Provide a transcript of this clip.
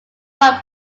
run